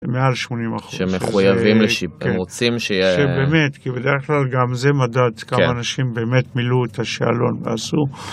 מעל שמונים אחוז. שמחויבים לשיפור, רוצים ש... שבאמת, כי בדרך כלל גם זה מדד כמה אנשים באמת מילאו את השאלון ועשו.